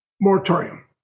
moratorium